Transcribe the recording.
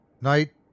Night